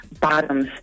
bottoms